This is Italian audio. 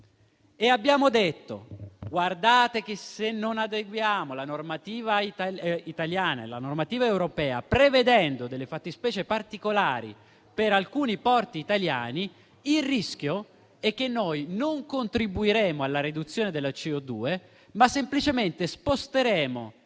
abbiamo detto che, se non adeguiamo la normativa italiana alla normativa europea, prevedendo delle fattispecie particolari per alcuni porti italiani, il rischio è che non contribuiremo alla riduzione di CO2, ma semplicemente sposteremo